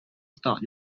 start